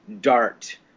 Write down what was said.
Dart